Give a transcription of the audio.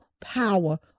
power